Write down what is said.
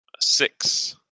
Six